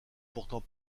pourtant